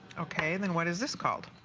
okay and and what is this called?